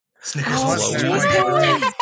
Snickers